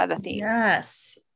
Yes